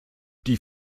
die